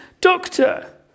doctor